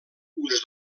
uns